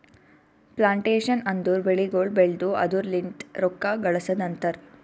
plantation ಅಂದುರ್ ಬೆಳಿಗೊಳ್ ಬೆಳ್ದು ಅದುರ್ ಲಿಂತ್ ರೊಕ್ಕ ಗಳಸದ್ ಅಂತರ್